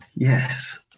Yes